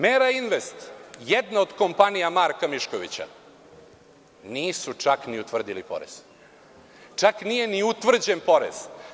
Mera invest“, jedna od kompanija Marka Miškovića, nisu čak ni utvrdili porez, čak nije ni utvrđen porez.